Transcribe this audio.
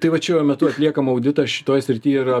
tai vat šiuo metu atliekam auditą šitoj srity ir